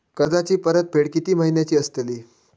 कर्जाची परतफेड कीती महिन्याची असतली?